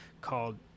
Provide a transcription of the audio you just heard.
called